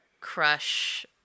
crush